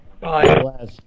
Bye